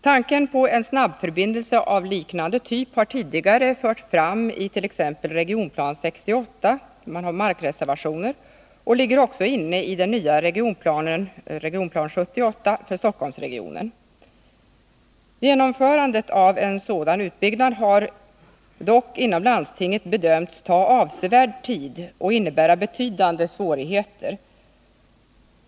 Tanken på en snabbförbindelse av liknande typ har tidigare förts fram i t.ex. Regionplan 68 — man har markreservation — och finns också med i den nya regionplanen, R 78, för Stockholmsregionen. Genomförandet av en sådan utbyggnad har dock inom landstinget bedömts ta avsevärd tid och innebära betydande svårigheter.